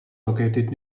located